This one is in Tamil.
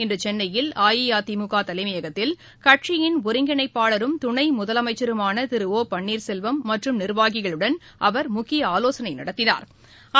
இன்று சென்னையில் அஇஅதிமுக தலைமையகத்தில் கட்சியின் ஒருங்கிணைப்பாளரும் துணை முதலமைச்சருமான திரு ஓ பன்னீர்செல்வம் மற்றும் நீர்வாகிகளுடன் அவர் முக்கிய ஆலோசனை நடத்தினா்